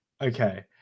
Okay